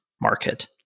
market